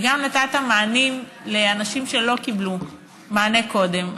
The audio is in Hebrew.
וגם נתת מענים לאנשים שלא קיבלו מענה קודם,